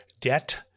debt